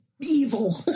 evil